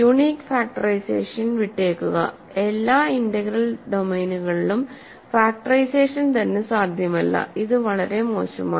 unique factorisation വിട്ടേക്കുക എല്ലാ integral ഡൊമെയ്നുകളിലും ഫാക്ടറൈസേഷൻ തന്നെ സാധ്യമല്ല ഇത് വളരെ മോശമാണ്